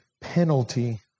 penalty